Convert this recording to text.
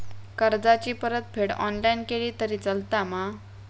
कर्जाची परतफेड ऑनलाइन केली तरी चलता मा?